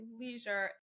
leisure